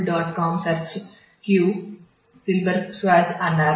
q silberschatz అన్నారు